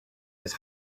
his